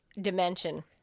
dimension